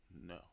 no